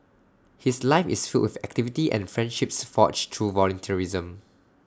his life is filled with activity and friendships forged through volunteerism